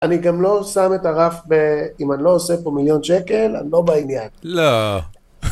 אני גם לא שם את הרף, אם אני לא עושה פה מיליון שקל, אני לא בעניין. לא.